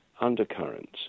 undercurrents